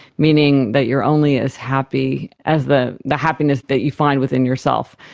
meaning that you are only as happy as the the happiness that you find within yourself.